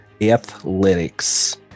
athletics